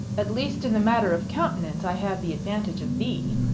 at least in the matter of countenances i have the advantage of thee,